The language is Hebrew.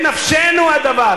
נהרי, תקשיב, בנפשנו הדבר.